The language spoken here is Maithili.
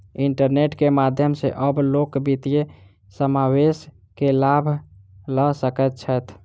इंटरनेट के माध्यम सॅ आब लोक वित्तीय समावेश के लाभ लअ सकै छैथ